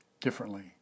differently